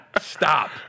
Stop